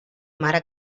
mare